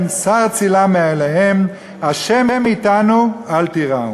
סר צִלם מעליהם ה' אתנו אל תיראֻם".